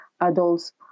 adults